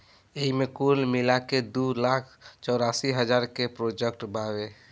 एईमे कुल मिलाके दू लाख चौरासी हज़ार के प्रोजेक्ट बावे